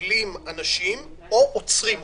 כובלים אנשים או עוצרים אותם.